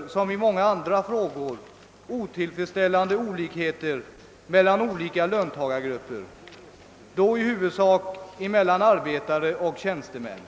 Liksom i många andra frågor råder på detta område stora olikheter mellan löntagargrupperna, i huvudsak mellan arbetare och tjänstemän.